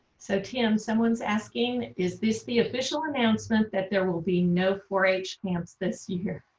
so tim someone's asking is this the official announcement that there will be no four h camps this year?